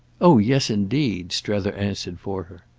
oh yes indeed, strether answered for her,